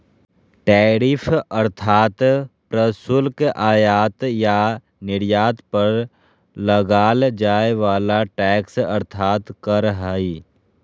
tariff अर्थात् प्रशुल्क आयात या निर्यात पर लगाल जाय वला टैक्स अर्थात् कर हइ